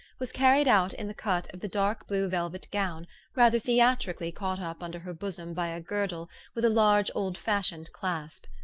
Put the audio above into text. was carried out in the cut of the dark blue velvet gown rather theatrically caught up under her bosom by a girdle with a large old-fashioned clasp.